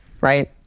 right